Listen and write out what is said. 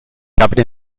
habe